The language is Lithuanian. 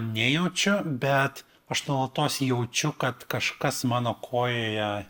nejaučiu bet aš nuolatos jaučiu kad kažkas mano kojoje